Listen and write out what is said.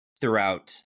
throughout